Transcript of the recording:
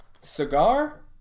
cigar